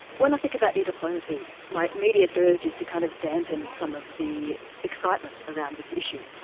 when i think about e-diplomacy, my immediate urge is to kind of dampen some of the excitement around this issue.